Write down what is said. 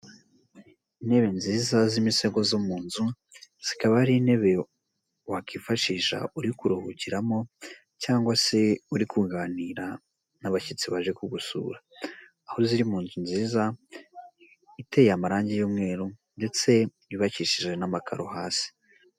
Intebe nziza z'imisego zo mu nzu zikaba ari intebe wakwifashisha uri kuruhukiramo cyangwa se uri kuganira n'abashyitsi baje kugusura. Aho ziri mu nzu nziza iteye amarangi y'umweru ndetse yubakishijwe n'amakaro hasi.